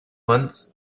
months